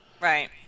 Right